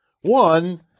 One